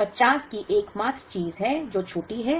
50 ही एकमात्र चीज है जो छोटी है